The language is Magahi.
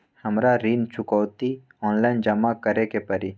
हमरा ऋण चुकौती ऑनलाइन जमा करे के परी?